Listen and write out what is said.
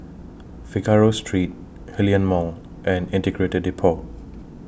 Figaro Street Hillion Mall and Integrated Depot